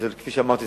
כפי שאמרתי,